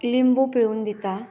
लिंबू पिळून दिता